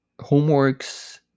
homeworks